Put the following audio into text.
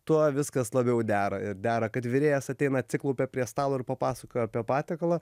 tuo viskas labiau dera ir dera kad virėjas ateina atsiklaupia prie stalo ir papasakoja apie patiekalą